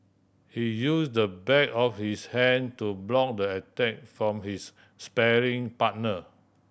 he use the back of his hand to block the attack from his sparring partner